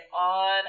on